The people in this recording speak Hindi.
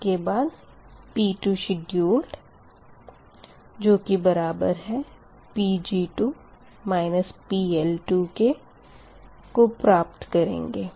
इसके बाद P2 शेडयूलड जो की बराबर है Pg2 PL2 के को प्राप्त करेंगे